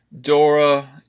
Dora